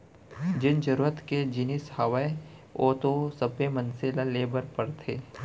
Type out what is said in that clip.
जेन जरुरत के जिनिस हावय ओ तो सब्बे मनसे ल ले बर परथे